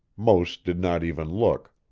most did not even look